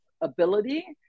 ability